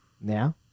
now